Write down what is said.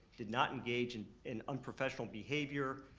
did not engage in in unprofessional behavior,